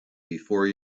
before